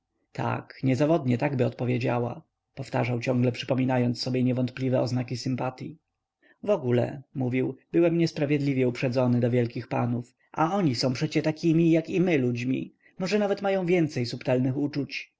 tak niezawodnie takby odpowiedziała powtarzał ciągle przypominając sobie niewątpliwe oznaki sympatyi wogóle mówił byłem niesprawiedliwie uprzedzony do wielkich panów a oni są przecie takimi jak i my ludźmi może nawet mają więcej subtelnych uczuć